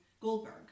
Goldberg